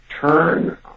turn